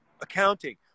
accounting